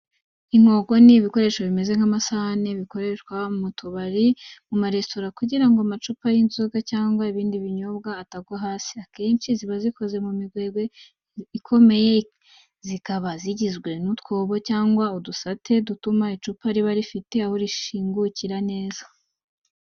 Inkoko ni ibikoresho bimeze nk’amasahani, bikoreshwa mu tubari no mu maresitora kugira ngo amacupa y’inzoga cyangwa ibindi binyobwa atagwa hasi. Akenshi ziba zikoze mu migwegwe ikomeye, zikaba zigizwe n’utwobo cyangwa udusate dutuma icupa riba rifite aho rishingukira neza.